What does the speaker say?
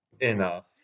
enough